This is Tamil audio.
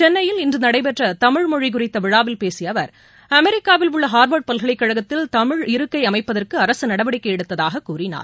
சென்னையில் இன்று நடைபெற்ற தமிழ்மொழி குறித்த விழாவில் பேசிய அவர் அமெரிக்காவில் உள்ள ஹா்வா்டு பல்கலைக்கழகத்தில் தமிழ் இருக்கை அமைப்பதற்கும் அரசு நடவடிக்கை எடுத்ததாகக் கூறினார்